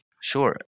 Sure